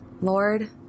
Lord